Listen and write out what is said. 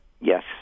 Yes